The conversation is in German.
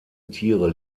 tiere